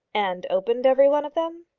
and opened every one of them?